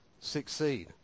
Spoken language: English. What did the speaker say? succeed